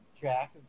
Jack